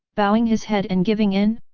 bowing his head and giving in?